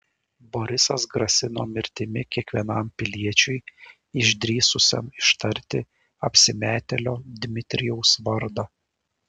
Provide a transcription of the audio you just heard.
borisas grasino mirtimi kiekvienam piliečiui išdrįsusiam ištarti apsimetėlio dmitrijaus vardą